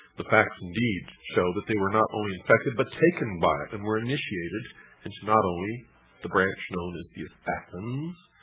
the facts, indeed, show that they were not only infected, but taken by it, and were initiated into not only by the branch known as the assassins,